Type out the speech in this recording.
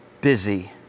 busy